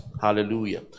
Hallelujah